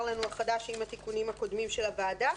לנו עם התיקונים הקודמים של הוועדה.